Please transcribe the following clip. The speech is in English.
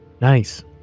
nice